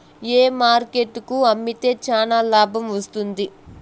ఏ market కు అమ్మితే చానా లాభం వస్తుంది?